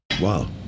Wow